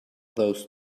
those